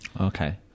Okay